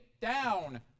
down